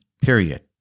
Period